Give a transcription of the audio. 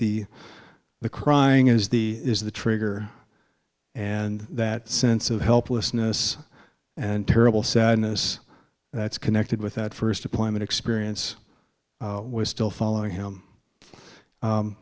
the the crying is the is the trigger and that sense of helplessness and terrible sadness that's connected with that first deployment experience was still following him